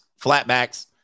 flatbacks